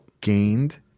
gained